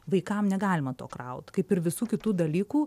vaikam negalima to kraut kaip ir visų kitų dalykų